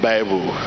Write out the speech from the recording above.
Bible